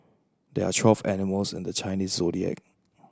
there are twelve animals in the Chinese Zodiac